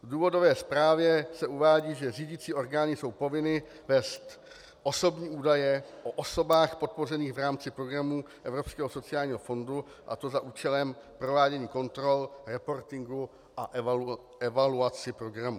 V důvodové zprávě se uvádí, že řídicí orgány jsou povinny vést osobní údaje o osobách podpořených v rámci programu Evropského sociálního fondu, a to za účelem provádění kontrol, reportingu a evaluaci programů.